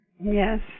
yes